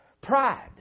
Pride